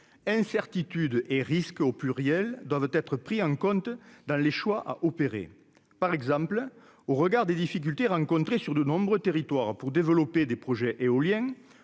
incertitudes et risques au pluriel, doivent être pris en compte dans les choix à opérer par exemple au regard des difficultés rencontrées sur de nombreux territoires pour développer des projets éoliens